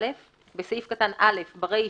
(א)בסעיף קטן (א), ברישה,